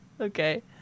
okay